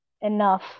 enough